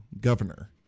governor